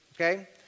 Okay